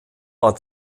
war